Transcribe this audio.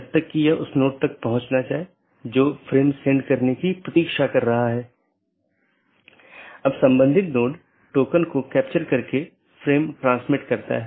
अगर जानकारी में कोई परिवर्तन होता है या रीचचबिलिटी की जानकारी को अपडेट करते हैं तो अपडेट संदेश में साथियों के बीच इसका आदान प्रदान होता है